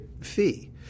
fee